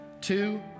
two